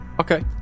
Okay